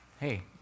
Hey